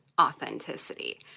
Authenticity